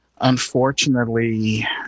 unfortunately